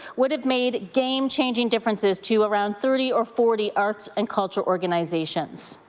would have made game changing differences to around thirty or forty arts and culture organizations.